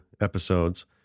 episodes